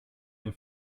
der